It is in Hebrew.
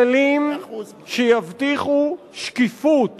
כללים שיבטיחו שקיפות